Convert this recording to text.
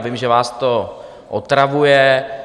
Vím, že vás to otravuje.